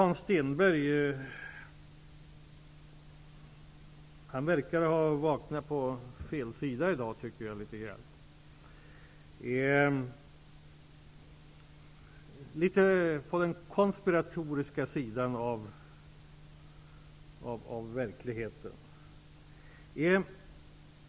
Hans Stenberg verkar ha vaknat litet på fel sida i dag, litet på den konspiratoriska sidan av verkligheten.